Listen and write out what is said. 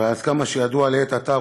אבל עד כמה שידוע לעת עתה,